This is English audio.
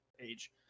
age